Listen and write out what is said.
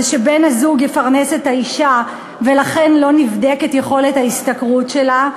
שבן-הזוג יפרנס את האישה ולכן לא נבדקת יכולת ההשתכרות שלה,